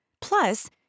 Plus